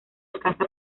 alcanza